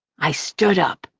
i stood up.